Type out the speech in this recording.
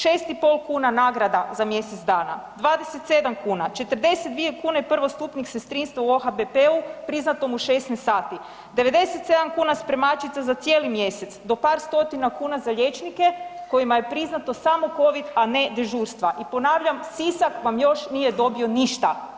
6,5 kn nagrada za mjesec dana, 27 kn, 42 kn prvostupnik sestrinstva u OHBP-u, priznato mu 16 sati, 97 kn spremačica za cijeli mjesec, do par stotina kuna za liječnike kojima je priznato samo COVID a ne dežurstva i ponavljam, Sisak vam još nije dobio ništa.